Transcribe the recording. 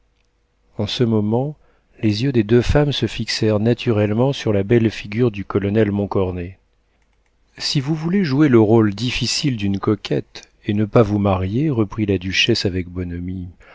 en ce moment les yeux des deux femmes se fixèrent naturellement sur la belle figure du colonel montcornet si vous voulez jouer le rôle difficile d'une coquette et ne pas vous marier reprit la duchesse avec bonhomie